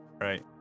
right